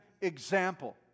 Example